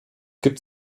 gibt